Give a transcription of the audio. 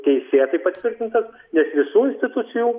teisėtai patvirtintas nes visų institucijų